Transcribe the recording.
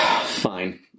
Fine